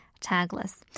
tagless